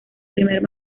primer